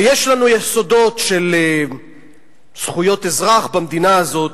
ויש לנו יסודות של זכויות אזרח במדינה הזאת,